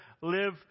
live